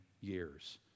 years